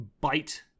bite